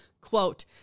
Quote